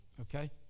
Okay